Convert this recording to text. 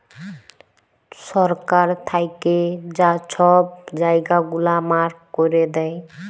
সরকার থ্যাইকে যা ছব জায়গা গুলা মার্ক ক্যইরে দেয়